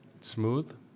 Smooth